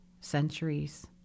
centuries